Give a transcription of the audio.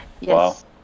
yes